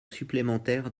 supplémentaire